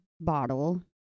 bottle